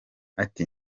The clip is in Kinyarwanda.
ati